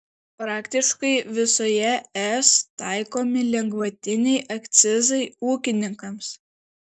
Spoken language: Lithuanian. praktiškai visoje es taikomi lengvatiniai akcizai ūkininkams